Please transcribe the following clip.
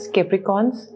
Capricorns